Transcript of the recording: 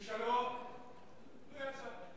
ושלום לא יצא.